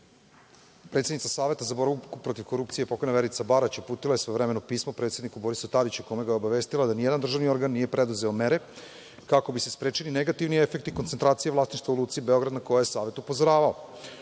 Predsednica Saveta za borbu protiv korupcije, pokojan Verica Barać, uputila je svojevremeno pismo predsedniku Borisu Tadiću, koga je obavestila da nijedan državni organ nije preduzeo mere kako bi se sprečili negativni efekti koncentracije vlasništva u Luci Beograd, a na koje je Savet upozoravao.U